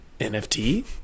NFT